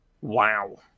wow